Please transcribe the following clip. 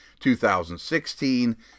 2016